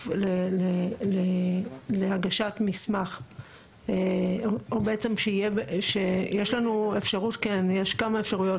סעיף קטן (ב) המילים "למעט יצרן בעל אישור ייצור נאות לפי סעיף 41(א)